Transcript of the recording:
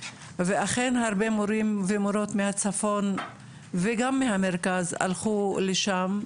ואכן הרבה מורים ומורות מהצפון וגם מהמרכז הלכו לשם,